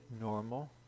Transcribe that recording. normal